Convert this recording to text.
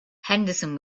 henderson